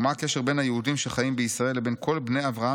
ומה הקשר בין היהודים שחיים בישראל לבין כל בני אברהם